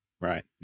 Right